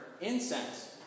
incense